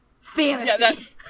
fantasy